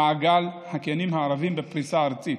מעגל הקינים הערביים בפריסה הארצית.